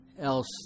else